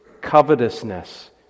covetousness